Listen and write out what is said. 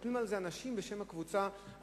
חותמים על זה אנשים בשם הקבוצה המארגנת.